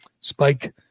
spike